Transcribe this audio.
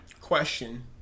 Question